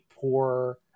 poor